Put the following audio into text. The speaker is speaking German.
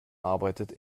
arbeitet